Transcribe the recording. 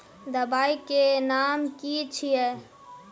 दबाई के नाम की छिए?